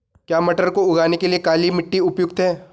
क्या मटर को उगाने के लिए काली मिट्टी उपयुक्त है?